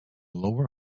lower